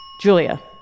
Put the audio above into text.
Julia